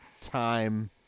time